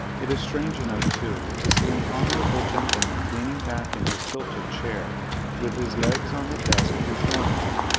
it is strange enough too, to see an honourable gentleman leaning back in his tilted chair with his legs on the desk before him,